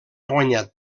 guanyat